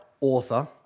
author